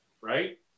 right